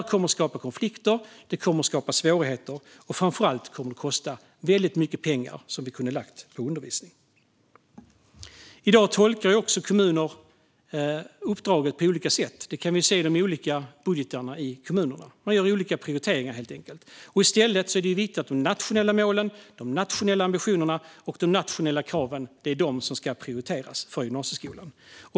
Det kommer att skapa konflikter och svårigheter, och framför allt kommer det att kosta väldigt mycket pengar som vi kunde ha lagt på undervisning. I dag tolkar också kommuner uppdraget på olika sätt. Det kan vi se i de olika kommunernas budgetar - man gör olika prioriteringar, helt enkelt. Det är viktigt att de nationella målen, ambitionerna och kraven i stället prioriteras i gymnasieskolan.